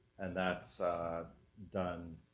and that's done